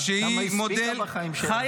כמה הספיקה בחיים שלה, נכון?